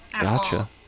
Gotcha